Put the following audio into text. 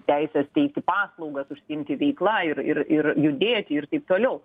teisės teikti paslaugas užsiimti veikla ir ir ir judėti ir taip toliau